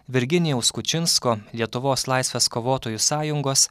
virginijaus kučinsko lietuvos laisvės kovotojų sąjungos